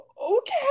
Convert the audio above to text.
okay